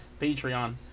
patreon